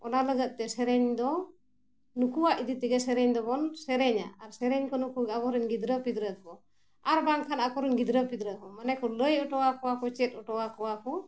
ᱚᱱᱟ ᱞᱟᱹᱜᱤᱫ ᱛᱮ ᱥᱮᱨᱮᱧ ᱫᱚ ᱱᱩᱠᱩᱭᱟᱜ ᱤᱫᱤ ᱛᱮᱜᱮ ᱥᱮᱨᱮᱧ ᱫᱚᱵᱚᱱ ᱥᱮᱨᱮᱧᱟ ᱟᱨ ᱥᱮᱨᱮᱧ ᱠᱚ ᱱᱩᱠᱩ ᱟᱵᱚᱨᱮᱱ ᱜᱤᱫᱽᱨᱟᱹ ᱯᱤᱫᱽᱨᱟᱹ ᱠᱚ ᱟᱨ ᱵᱟᱝᱠᱷᱟᱱ ᱟᱠᱚᱨᱮᱱ ᱜᱤᱫᱽᱨᱟᱹ ᱯᱤᱫᱽᱨᱟᱹ ᱠᱚ ᱢᱟᱱᱮ ᱠᱚ ᱞᱟᱹᱭ ᱚᱴᱚ ᱟᱠᱚᱣᱟᱠᱚ ᱪᱮᱫ ᱚᱴᱚ ᱟᱠᱚᱣᱟᱠᱚ